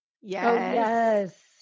yes